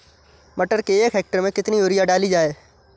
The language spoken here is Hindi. मटर के एक हेक्टेयर में कितनी यूरिया डाली जाए?